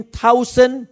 thousand